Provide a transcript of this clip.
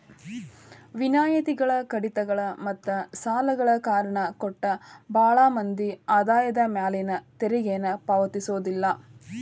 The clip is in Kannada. ವಿನಾಯಿತಿಗಳ ಕಡಿತಗಳ ಮತ್ತ ಸಾಲಗಳ ಕಾರಣ ಕೊಟ್ಟ ಭಾಳ್ ಮಂದಿ ಆದಾಯದ ಮ್ಯಾಲಿನ ತೆರಿಗೆನ ಪಾವತಿಸೋದಿಲ್ಲ